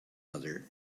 other